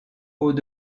hauts